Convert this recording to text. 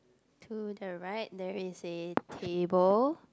to the right there is a table